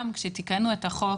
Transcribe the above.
גם כשתיקנו את החוק